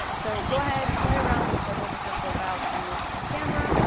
so go ahead, play around with several different profiles on your camera,